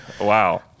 Wow